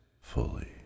fully